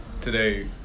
today